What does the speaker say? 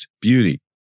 beauty